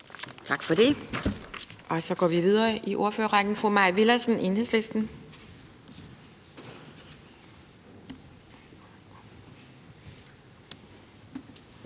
Tak for det. Så går vi videre i ordførerrækken. Fru Mai Villadsen, Enhedslisten.